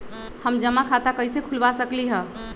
हम जमा खाता कइसे खुलवा सकली ह?